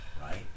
right